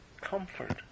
Comfort